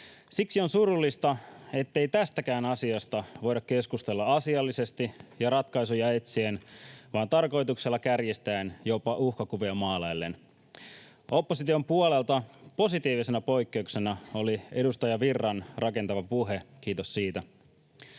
Siksi on surullista, ettei tästäkään asiasta voida keskustella asiallisesti ja ratkaisuja etsien, vaan tarkoituksella kärjistäen, jopa uhkakuvia maalaillen. Opposition puolelta positiivisena poikkeuksena oli edustaja Virran rakentava puhe. Kiitos siitä.